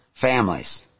families